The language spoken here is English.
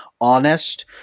honest